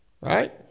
Right